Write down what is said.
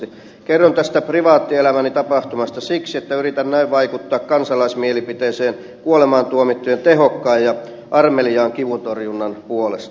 kerron tästä privaattielämäni tapahtumasta siksi että yritän näin vaikuttaa kansalaismielipiteeseen kuolemaantuomittujen tehokkaan ja armeliaan kivuntorjunnan puolesta